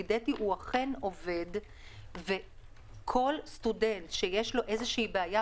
וידאתי והוא אכן עובד וכל סטודנט שיש לו בעיה